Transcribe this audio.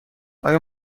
آیا